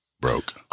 broke